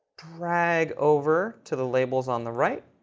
drag over to the labels on the right,